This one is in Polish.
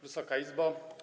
Wysoka Izbo!